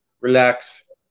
Relax